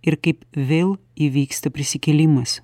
ir kaip vėl įvyksta prisikėlimas